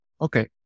Okay